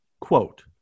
quote